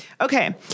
Okay